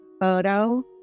photo